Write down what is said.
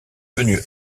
venu